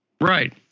Right